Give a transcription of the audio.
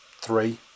three